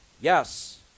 yes